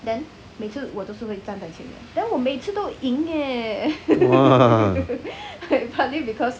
!wah!